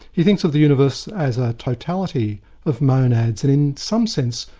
he thinks of the universe as a totality of monads, and in some sense,